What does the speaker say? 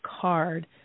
card